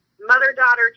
mother-daughter